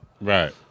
Right